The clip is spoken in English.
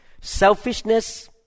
selfishness